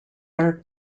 are